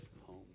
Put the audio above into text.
home